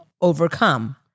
overcome